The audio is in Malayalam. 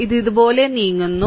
ഇത് ഇതുപോലെ നീങ്ങുന്നു